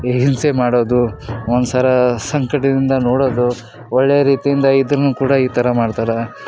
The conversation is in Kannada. ಹಿಂಸೆ ಮಾಡೋದು ಒಂಥರ ಸಂಕಟದಿಂದ ನೋಡೋದು ಒಳ್ಳೆ ರೀತಿಯಿಂದ ಇದನ್ನು ಕೂಡ ಈ ಥರ ಮಾಡ್ತಾರೆ